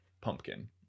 pumpkin